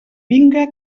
vinga